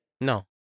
No